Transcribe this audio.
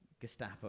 Gestapo